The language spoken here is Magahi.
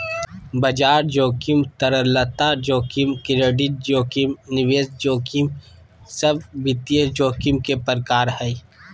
बाजार जोखिम, तरलता जोखिम, क्रेडिट जोखिम, निवेश जोखिम सब वित्तीय जोखिम के प्रकार हय